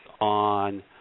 on